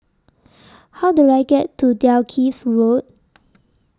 How Do I get to Dalkeith Road